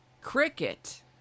cricket